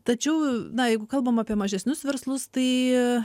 tačiau na jeigu kalbam apie mažesnius verslus tai